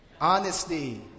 Honesty